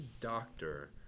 doctor